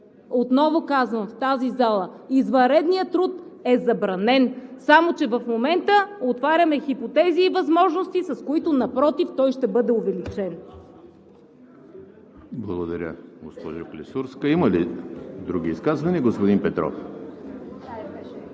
Отново казвам в тази зала: извънредният труд е забранен. Само че в момента отваряме хипотези и възможности, с които напротив, той ще бъде увеличен. ПРЕДСЕДАТЕЛ ЕМИЛ ХРИСТОВ: Благодаря, госпожо Клисурска. Има ли други изказвания? Господин Петров